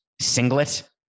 singlet